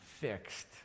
fixed